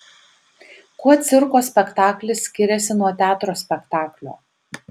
kuo cirko spektaklis skiriasi nuo teatro spektaklio